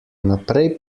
naprej